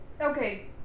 Okay